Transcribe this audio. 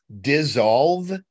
Dissolve